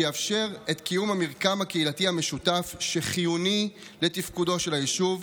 שיאפשר את קיום המרקם הקהילתי המשותף שחיוני לתפקודו של היישוב,